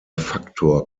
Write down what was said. faktor